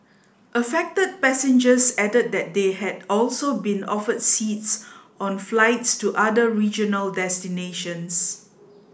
affected passengers added that they had also been offered seats on flights to other regional destinations